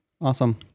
Awesome